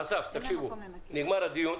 אסף, נגמר הדיון.